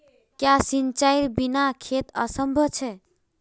क्याँ सिंचाईर बिना खेत असंभव छै?